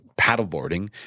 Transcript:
paddleboarding